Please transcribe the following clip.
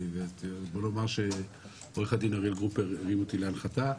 בוא נאמר שעורך הדין אריאל גרופר הרים אותי להנחתה.